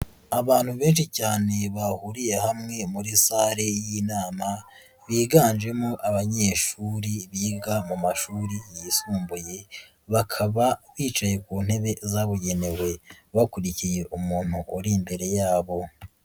Abantu benshi cyane bahuriye hamwe muri sale y'inama, biganjemo abanyeshuri biga mu mashuri yisumbuye, bakaba bicaye ku ntebe zabugenewe bakurikiye umuntu uri imbere yabo.